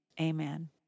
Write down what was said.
amen